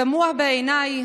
תמוה בעיניי